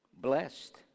blessed